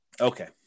Okay